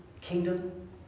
kingdom